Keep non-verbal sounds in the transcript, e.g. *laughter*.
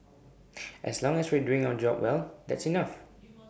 as long as we're doing our job well that's enough *noise*